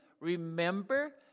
remember